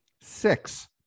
Six